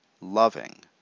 loving